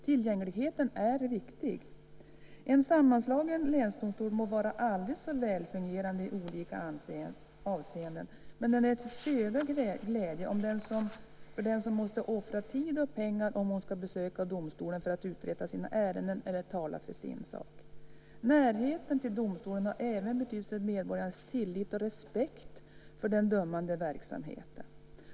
Tillgängligheten är viktig. En sammanslagen länsdomstol må vara aldrig så väl fungerande i olika avseenden, men den är till ringa glädje för den som måste offra tid och pengar för att besöka domstolen och uträtta ärenden eller tala i sin sak. Närheten till domstolen har även betydelse för medborgarnas tillit och respekt för den dömande verksamheten.